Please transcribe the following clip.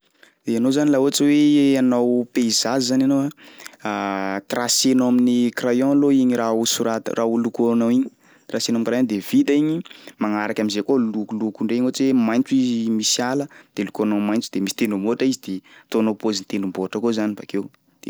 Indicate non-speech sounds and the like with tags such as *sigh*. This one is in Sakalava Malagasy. Ianao zany laha ohatsy hoe hanao paysage zany ianao a, *hesitation* tracenao amin'ny crayon aloha igny raha ho sorata- raha ho lokoanao, tracenao am'crayon de vita igny magnaraky am'zay koa lokolokony regny ohatsy hoe maitso izy misy ala de lokoanao maitso de misy tendrombohitra izy de ataonao paozin'ny tendrombohitra koa zany bakeo de vita.